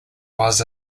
was